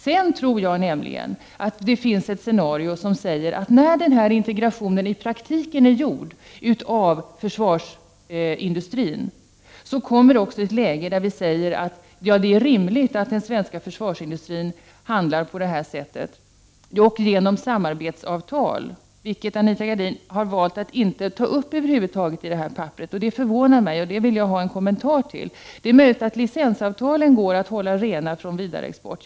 Jag tror att det finns ett scenario som säger att när integrationen av försvarsindustrin i praktiken är genomförd uppstår ett läge där vi kommer att säga att det är rimligt att den svenska försvarsindustrin handlar på det här sättet, dock genom samarbetsavtal. Anita Gradin har valt att inte beröra detta över huvud taget. Det förvånar mig, och jag vill ha en kommentar till detta. Det är möjligt att licensavtalen går att hålla rena från vidareexport.